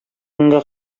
көнгә